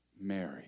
Mary